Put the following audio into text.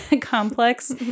complex